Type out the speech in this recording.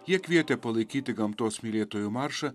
jie kvietė palaikyti gamtos mylėtojų maršą